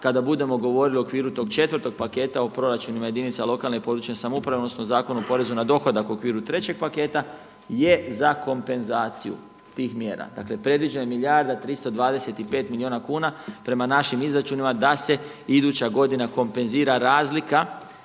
kada budemo govorili u okviru tog četvrtog paketa o proračunima jedinica lokalne i područne samouprave, odnosno Zakonu o porezu na dohodak u okviru trećeg paketa, je za kompenzaciju tih mjera. Dakle, predviđene milijarde, 325 milijuna kuna prema našim izračunima da se iduća godina kompenzira razlika